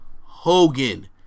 Hogan